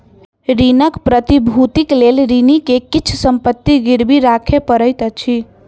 ऋणक प्रतिभूतिक लेल ऋणी के किछ संपत्ति गिरवी राखअ पड़ैत अछि